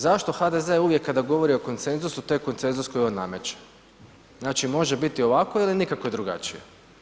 Zašto HDZ uvijek kada govori o konsenzusu to je konsenzus koji on nameće, znači može biti ovako ili nikako drugačije.